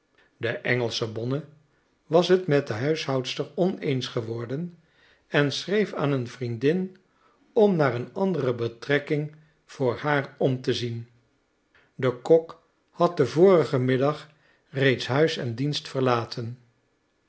de engelsche bonne was t met de huishoudster oneens geworden en schreef aan een vriendin om naar een andere betrekking voor haar om te zien de kok had den vorigen middag reeds huis en dienst verlaten